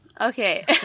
Okay